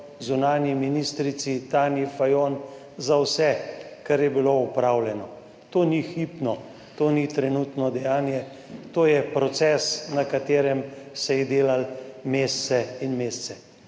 zunanji ministrici Tanji Fajon za vse kar je bilo opravljeno. To ni hipno, to ni trenutno dejanje. To je proces, na katerem se je delalo mesece in mesece.